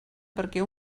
perquè